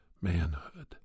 manhood